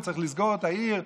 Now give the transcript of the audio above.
צריך לסגור את העיר,